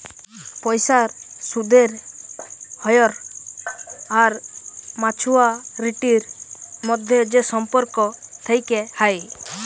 পয়সার সুদের হ্য়র আর মাছুয়ারিটির মধ্যে যে সম্পর্ক থেক্যে হ্যয়